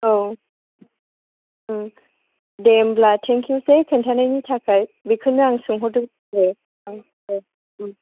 औ दे होनब्ला थेंकिउसै खिन्थानायनि थाखाय बेखौनो आं सोंहरदोंमोन आरो औ देह